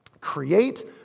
Create